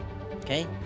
okay